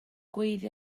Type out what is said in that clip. gweiddi